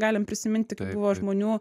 galim prisiminti kai buvo žmonių